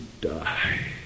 die